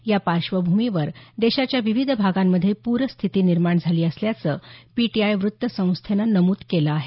या पार्श्वभूमीवर देशाच्या विविध भागांमधे पूर स्थिती निर्माण झाली असल्याचं पीटीआय व्त्तसंस्थेनं नमुद केलं आहे